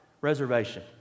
reservation